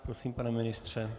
Prosím, pane ministře.